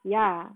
ya